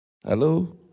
Hello